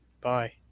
Bye